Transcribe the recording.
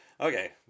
okay